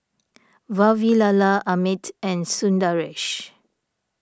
Vavilala Amit and Sundaresh